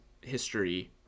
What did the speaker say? history